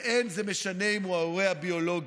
ואין זה משנה אם הוא ההורה הביולוגי.